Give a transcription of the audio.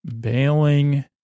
bailing